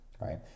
Right